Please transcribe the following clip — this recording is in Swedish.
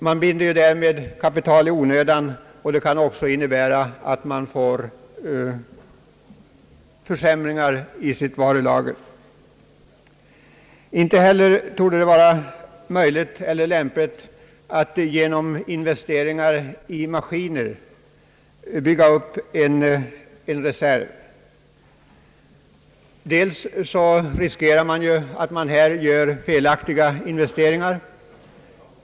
Man binder ju därmed i onödan kapital, vartill kommer risken för inkurans i varulagret. Inte heller torde det vara lämpligt att bygga upp en reserv genom inves teringar i maskiner. Man riskerar då att göra felaktiga investeringar.